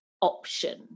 option